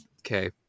Okay